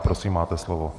Prosím, máte slovo.